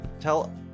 Tell